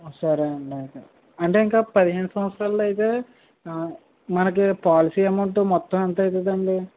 సరే అండి అయితే అంటే ఇంకా పదిహేను సంవత్సరాలది అయితే మనకి పాలసీ అమౌంట్ మొత్తం ఎంతవుతుంది అండి